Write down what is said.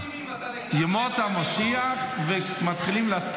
שמחה, עם זה אנחנו מסכימים.